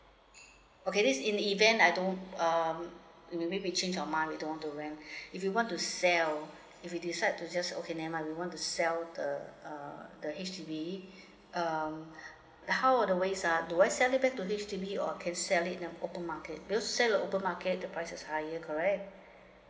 okay this is in event I don't um if we went with change our mind we don't want to rent if you want to sell if you decide to sell it's okay so never mind we want to sell the uh the H_D_B um how are the ways uh do I sell it back to H_D_B or can sell it in the open market because sell in the open market the price is higher correct